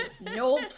nope